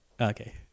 Okay